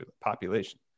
population